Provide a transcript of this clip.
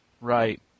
Right